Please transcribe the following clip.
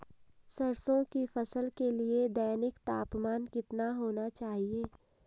सरसों की फसल के लिए दैनिक तापमान कितना होना चाहिए?